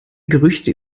gerüchte